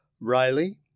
Riley